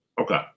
Okay